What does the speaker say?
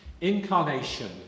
Incarnation